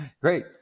Great